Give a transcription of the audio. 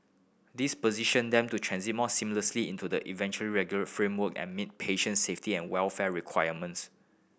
this position them to transit more seamlessly into the eventual regulate framework and meet patient safety and welfare requirements